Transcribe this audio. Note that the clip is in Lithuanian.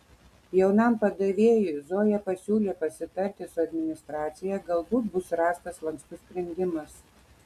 jaunam padavėjui zoja pasiūlė pasitarti su administracija galbūt bus rastas lankstus sprendimas